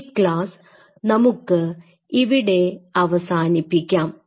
ഈ ക്ലാസ് നമുക്ക് ഇവിടെ അവസാനിപ്പിക്കാം